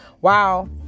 Wow